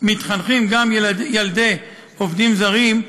מתחנכים גם ילדי עובדים זרים,